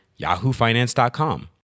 yahoofinance.com